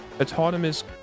autonomous